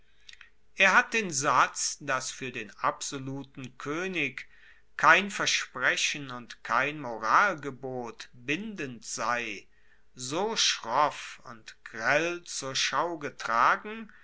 er hat den satz dass fuer den absoluten koenig kein versprechen und kein moralgebot bindend sei so schroff und grell zur schau getragen